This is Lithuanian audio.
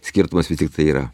skirtumas vis tiktai yra